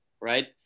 Right